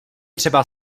třeba